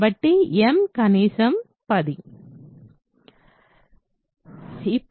కాబట్టి m కనీసం 10